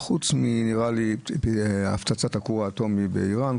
חוץ מהפצצת הכור האטומי באיראן.